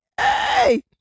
Hey